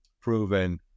proven